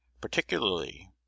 particularly